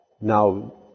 now